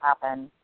happen